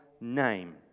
name